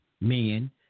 men